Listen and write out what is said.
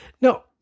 No